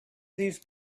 these